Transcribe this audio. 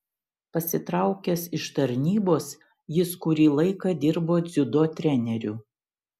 pasitraukęs iš tarnybos jis kurį laiką dirbo dziudo treneriu